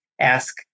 ask